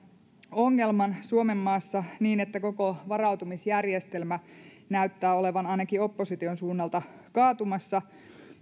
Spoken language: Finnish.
ongelman suomenmaassa niin että koko varautumisjärjestelmä näyttää olevan ainakin opposition suunnalta kaatumassa